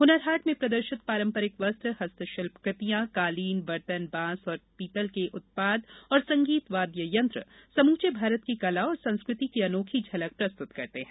हनर हाट में प्रदर्शित पारंपरिक वस्त्र हस्त शिल्प कृतियां कालीन बर्तन बांस और पीतल के उत्पाद और संगीत वाद्य यंत्र समूचे भारत की कला और संस्कृति की अनोखी झलक प्रस्तुत करते है